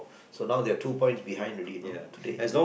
so now they're two points behind already you know today